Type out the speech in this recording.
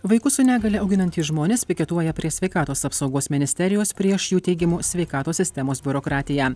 vaikus su negalia auginantys žmonės piketuoja prie sveikatos apsaugos ministerijos prieš jų teigimu sveikatos sistemos biurokratiją